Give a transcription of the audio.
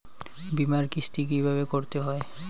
বিমার কিস্তি কিভাবে করতে হয়?